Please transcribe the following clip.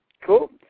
Cool